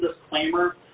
disclaimer